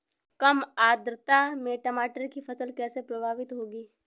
कम आर्द्रता में टमाटर की फसल कैसे प्रभावित होगी?